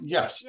Yes